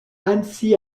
annecy